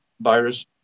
virus